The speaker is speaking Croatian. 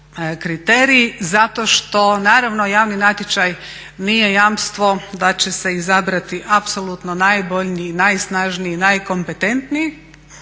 kriterij zato što naravno javni natječaj nije jamstvo da će se izabrati apsolutno najbolji, najsnažniji, najkompetentniji.